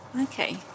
Okay